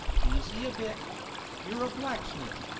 easy a bit you're a blacksmith,